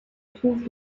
trouve